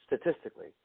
statistically